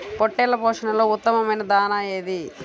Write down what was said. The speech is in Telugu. పొట్టెళ్ల పోషణలో ఉత్తమమైన దాణా ఏది?